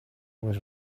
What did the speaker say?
was